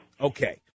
Okay